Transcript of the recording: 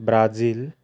Brazil